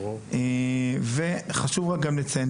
חשוב לציין,